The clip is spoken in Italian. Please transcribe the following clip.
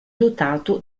dotato